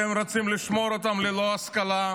אתם רוצים לשמור אותם ללא השכלה,